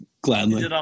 Gladly